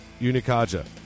Unicaja